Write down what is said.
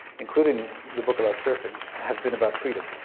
including the book about surfing, have been about freedom.